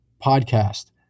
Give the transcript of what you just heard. podcast